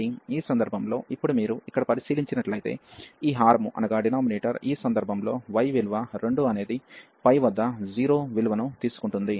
కాబట్టి ఈ సందర్భంలో ఇప్పుడు మీరు ఇక్కడ పరిశీలించినట్లయితే ఈ హారము ఈ సందర్భంలో y విలువ 2 అనేది వద్ద 0 విలువను తీసుకుంటుంది